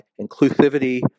inclusivity